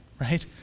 right